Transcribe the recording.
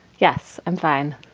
yes, i'm fine